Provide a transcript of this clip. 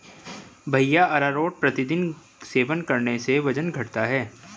भैया अरारोट प्रतिदिन सेवन करने से वजन घटता है